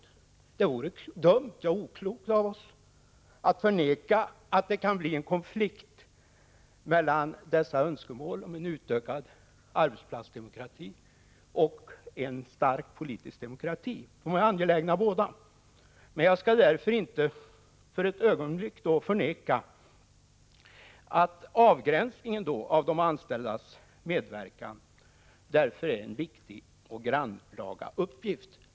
Det vore dumt och oklokt av oss att förneka att det kan bli en konflikt mellan dessa angelägna önskemål om en utökad arbetsplatsdemokrati och en stark politisk demokrati. Jag skall inte för ett ögonblick förneka att avgränsningen av de anställdas medverkan därför är en viktig och grannlaga uppgift.